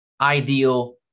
ideal